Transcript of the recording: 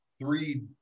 three